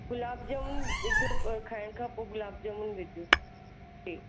गुलाब जामुन ॾिजो खाइण खां पोइ गुलाब जामुन ॾिजो टे